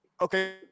Okay